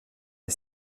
les